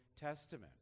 Testament